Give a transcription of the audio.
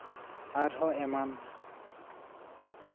ᱟᱨᱦᱚᱸ ᱮᱢᱟᱱ